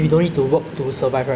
like in malaysia or